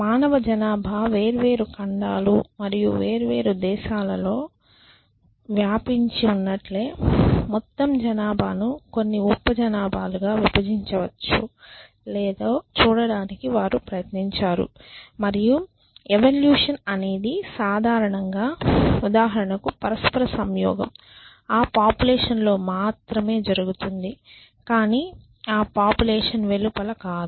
మానవ జనాభా వేర్వేరు ఖండాలు మరియు వేర్వేరు దేశాలలో పంపిణీ చేయబడినట్లే మొత్తం జనాభాను కొన్ని ఉప జనాభాలుగా విభజించవచ్చో లేదో చూడటానికి వారు ప్రయత్నించారు మరియు ఎవల్యూషన్ అనేది సాధారణంగా ఉదాహరణకు పరస్పర సంయోగం ఆ పాపులేషన్ లో మాత్రమే జరుగుతుంది కానీ ఆ పాపులేషన్ వెలుపల కాదు